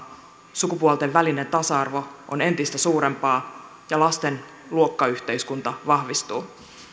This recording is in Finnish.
sukupuolten välinen epätasa arvo on entistä suurempaa ja lasten luokkayhteiskunta vahvistuu